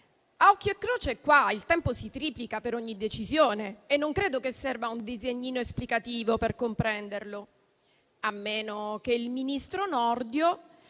A occhio e croce il tempo si triplica per ogni decisione e non credo che serva un disegnino esplicativo per comprenderlo, a meno che il ministro Nordio